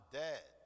dead